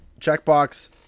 Checkbox